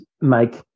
make